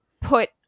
put